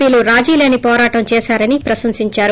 పిలు రాజీ లేని పోరాటం చేసారని ప్రశంసించారు